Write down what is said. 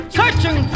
searching